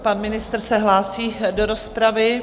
Pan ministr se hlásí do rozpravy.